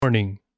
morning